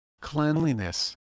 Cleanliness